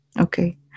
Okay